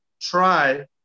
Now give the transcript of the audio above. try